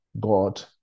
God